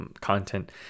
content